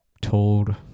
told